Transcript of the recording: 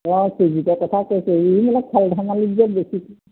অঁ সুজিতৰ কথা কৈছোঁ ই অলপ খেল ধেমালিত যে বেছি